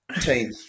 team